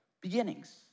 beginnings